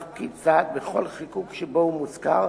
"פקיד סעד" בכל חיקוק שבו הוא מוזכר,